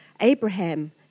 Abraham